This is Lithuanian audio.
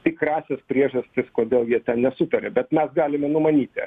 tikrąsias priežastis kodėl jie ten nesutaria bet mes galime numanyti